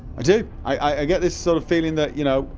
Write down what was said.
i do i i i get this sort of feeling that, you know